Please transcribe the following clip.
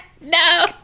No